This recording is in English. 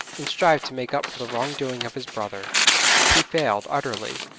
and strive to make up for the wrong-doing of his brother he failed utterly,